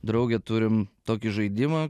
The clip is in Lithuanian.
drauge turim tokį žaidimą